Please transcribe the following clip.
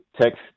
text